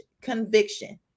conviction